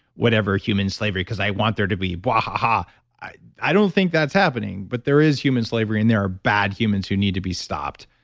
whatever, human slavery, because i want there to be. ah i i don't think that's happening, but there is human slavery and there are bad humans who need to be stopped.